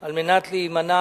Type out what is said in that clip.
על מנת להימנע